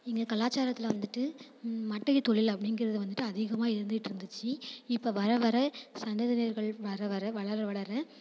எங்கள் கலாச்சாரத்தில் வந்துட்டு மட்டையத் தொழில் அப்படிங்கிறது வந்துட்டு அதிகமாக இருந்துட்டுருந்துச்சி இப்போ வர வர சந்ததியினர்கள் வர வர வளர வளர